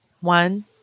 one